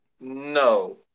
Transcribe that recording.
No